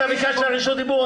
אתה ביקשת רשות דיבור,